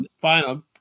final